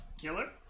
killer